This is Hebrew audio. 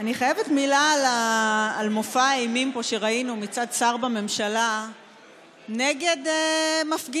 אני חייבת מילה על מופע האימים שראינו פה מצד שר בממשלה נגד מפגינים.